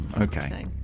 Okay